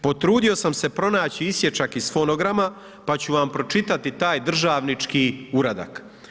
Potrudio sam se pronaći isječak iz fonograma pa ću vam pročitati taj državnički uradak.